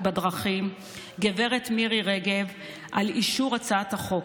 בדרכים גב' מירי רגב על אישור הצעת החוק.